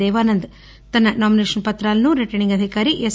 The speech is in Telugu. దేవానంద్ తన నామినేషన్ పత్రాలను రిటర్నింగ్ అధికారి ఎస్